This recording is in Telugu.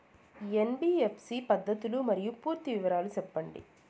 ఎన్.బి.ఎఫ్.సి పద్ధతులు మరియు పూర్తి వివరాలు సెప్పండి?